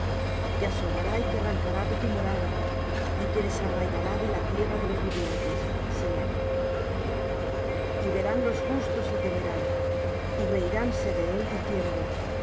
te asolará y te arrancará de tu morada y te desarraigará de la tierra de los vivientes selah y verán los justos y temerán y reiránse de él diciendo